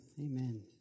amen